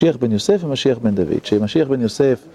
משיח בן יוסף ומשיח בן דוד, שמשיח בן יוסף...